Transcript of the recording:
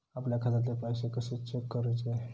आपल्या खात्यातले पैसे कशे चेक करुचे?